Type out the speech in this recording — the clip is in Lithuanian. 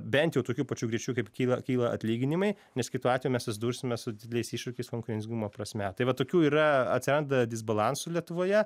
bent jau tokiu pačiu greičiu kaip kyla kyla atlyginimai nes kitu atveju mes susidursime su dideliais iššūkiais konkurencingumo prasme tai va tokių yra atsiranda disbalansų lietuvoje